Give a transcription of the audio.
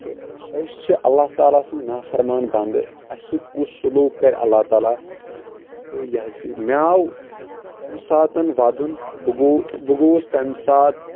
تہٕ أسۍ چھِ اللہ تعالیٰ سٕنٛدۍ نافرمان بنٛدٕ اسہِ سۭتۍ کُس سلوٗک کرِ اللہ تعالیٰ تہٕ یہِ حظ یہِ مےٚ آو تمہِ ساتہٕ ودُن بہٕ گوٚوُس تمہِ ساتہٕ